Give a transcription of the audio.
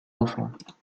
enfants